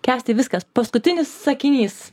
kęstai viskas paskutinis sakinys